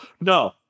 No